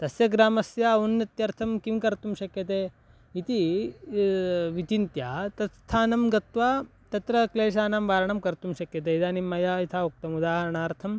तस्य ग्रामस्य औन्नत्यर्थं किं कर्तुं शक्यते इति विचिन्त्य तत् स्थानं गत्वा तत्र क्लेशानां वारणं कर्तुं शक्यते इदानीं मया यथा उक्तम् उदाहरणार्थं